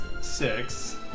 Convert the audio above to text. six